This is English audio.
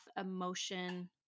emotion